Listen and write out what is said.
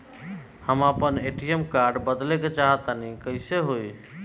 हम आपन ATM card बदलल चाह तनि कइसे होई?